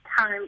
time